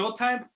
Showtime